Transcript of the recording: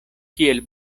kiel